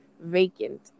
vacant